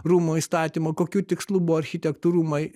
rūmų įstatymo kokiu tikslu buvo architektų rūmai